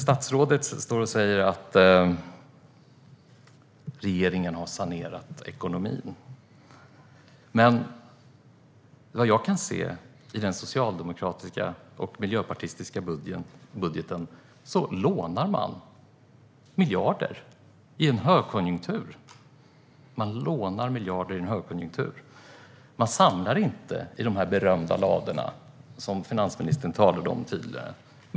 Statsrådet står och säger att regeringen har sanerat ekonomin. Vad jag kan se i den socialdemokratiska och miljöpartistiska budgeten lånar man miljarder i en högkonjunktur. Man samlar inte i de berömda ladorna som finansministern talade om tidigare.